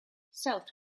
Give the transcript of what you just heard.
south